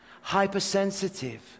Hypersensitive